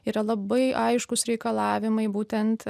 yra labai aiškūs reikalavimai būtent